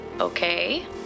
okay